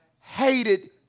hated